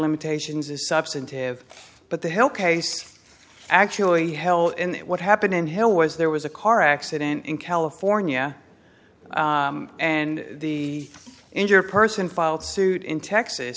limitations is substantive but the hill case actually held in that what happened in hill was there was a car accident in california and the injured person filed suit in texas